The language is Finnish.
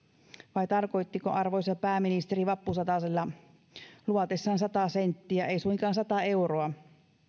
vai tarkoittiko arvoisa pääministeri vappusatasta luvatessaan sataa senttiä ei suinkaan sataa euroa